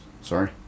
sorry